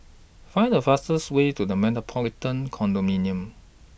Find The fastest Way to The Metropolitan Condominium